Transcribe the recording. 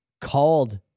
called